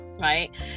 right